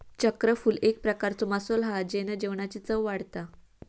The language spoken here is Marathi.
चक्रफूल एक प्रकारचो मसालो हा जेना जेवणाची चव वाढता